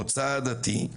מוצא עדתי,